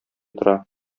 тора